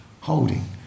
holding